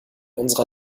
unserer